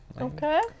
Okay